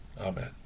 Amen